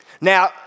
Now